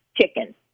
chicken